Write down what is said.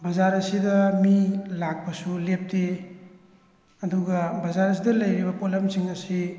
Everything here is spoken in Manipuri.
ꯕꯖꯥꯔ ꯑꯁꯤꯗ ꯃꯤ ꯂꯥꯛꯄꯁꯨ ꯂꯦꯞꯇꯦ ꯑꯗꯨꯒ ꯕꯖꯥꯔ ꯑꯁꯤꯗ ꯂꯩꯔꯤꯕ ꯄꯣꯠꯂꯝꯁꯤꯡ ꯑꯁꯤ